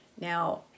Now